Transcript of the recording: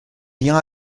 rien